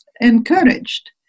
encouraged